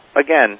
again